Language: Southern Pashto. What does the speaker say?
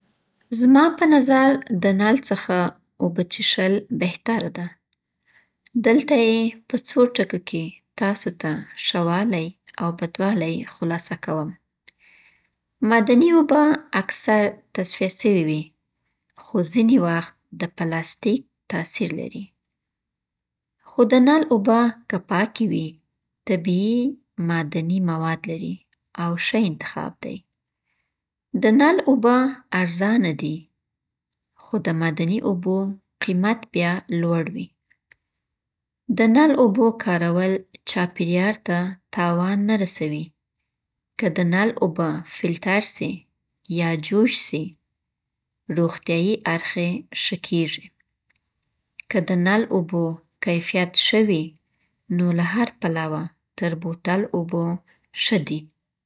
.زما په نظر د نل څخه اوبه څیښل بهتره ده. دلته یې په څو ټکو کې تاسو ته ښه والی او بد والی خلاصه کوم. مدني اوبه اکثر تصفیه شوې وي، خو ځینې وخت د پلاستیک تاثیر لري. خو د نل اوبه که پاکې وي، طبیعي معدني مواد لري او ښه انتخاب دی. د نل اوبه ارزانه دي، خو د مدني اوبو قیمت بیا لوړ وي. د نل اوبو کارول چاپېریال ته تاوان نه رسوي. که د نل اوبه فلټر سي یا جوش سي، روغتیایي اړخ یې ښه کېږي. که د نل اوبو کیفیت ښه وي، نو له هر پلوه تر بوتل اوبو ښه دی.